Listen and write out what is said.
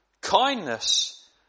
kindness